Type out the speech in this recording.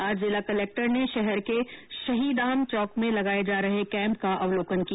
आज जिला कलेक्टर ने शहर के शहीदान चौक में लगाए जा रहे कैंप का अवलोकन किया